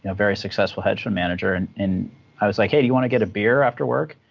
ah very successful hedge fund manager, and and i was like, hey, do you want to get a beer after work?